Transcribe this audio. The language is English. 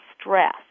stress